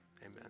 amen